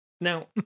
Now